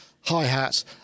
hi-hats